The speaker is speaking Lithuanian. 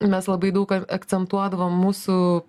mes labai daug a akcentuodavom mūsų